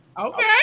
Okay